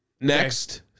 Next